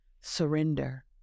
surrender